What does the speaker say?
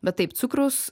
bet taip cukrus